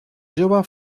jove